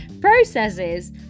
processes